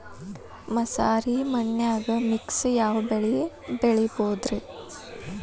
ಮಸಾರಿ ಮಣ್ಣನ್ಯಾಗ ಮಿಕ್ಸ್ ಯಾವ ಬೆಳಿ ಬೆಳಿಬೊದ್ರೇ?